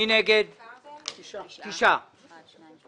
בעד הפנייה 9 נגד, 6 פנייה 227